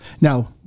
Now